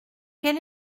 quel